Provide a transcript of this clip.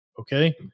Okay